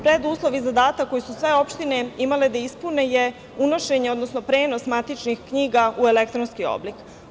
Preduslov i zadatak koje su sve opštine imale da ispune je unošenje, odnosno prenos matičnih knjiga u elektronski oblik.